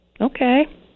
Okay